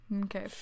okay